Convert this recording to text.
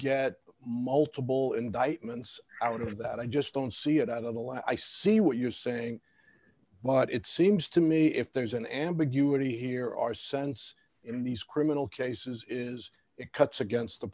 get multiple indictments out of that i just don't see it on the line i see what you're saying but it seems to me if there's an ambiguity here our sense in these criminal cases is it cuts against the